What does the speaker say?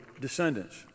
descendants